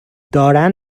دارن